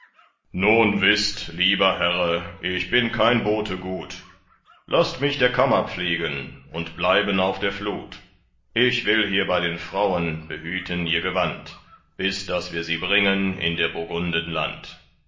nun wißt lieber herre ich bin kein bote gut laßt mich der kammer pflegen und bleiben auf der flut ich will hier bei den frauen behüten ihr gewand bis daß wir sie bringen in der burgunden land